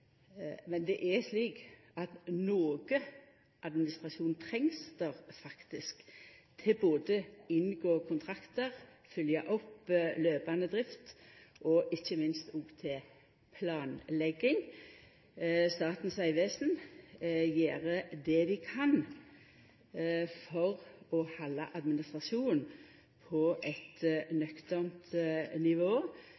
noko administrasjon trengst det faktisk, til å både inngå kontraktar, fylgja opp løpande drift og ikkje minst planleggja. Statens vegvesen gjer det dei kan for å halda administrasjonen på eit